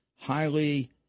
highly